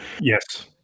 Yes